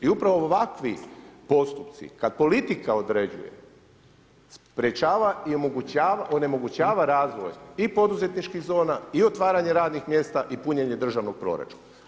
I upravo ovakvi postupci kad politika određuje, sprečava i onemogućava razvoj i poduzetničkih zona i otvaranje radnih mjesta i punjenje državnog proračuna.